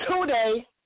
today